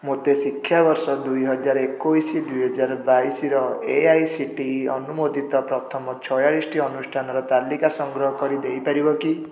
ମୋତେ ଶିକ୍ଷାବର୍ଷ ଦୁଇ ହଜାର ଏକୋଇଶ ଦୁଇ ହଜାର ବାଇଶର A I C T E ଅନୁମୋଦିତ ପ୍ରଥମ ଛୟାଳିଶିଟି ଅନୁଷ୍ଠାନର ତାଲିକା ସଂଗ୍ରହ କରି ଦେଇପାରିବ କି